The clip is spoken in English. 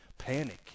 panic